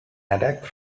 attack